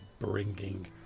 bringing